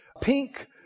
pink